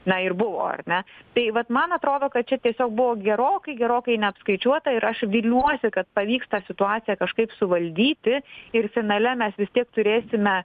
na ir buvo ar ne tai vat man atrodo kad čia tiesiog buvo gerokai gerokai neapskaičiuota ir aš viliuosi ka pavyks tą situaciją kažkaip suvaldyti ir finale mes vis tiek turėsime